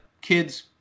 kids